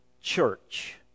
church